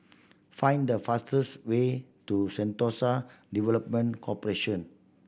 find the fastest way to Sentosa Development Corporation